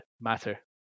matter